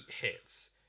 hits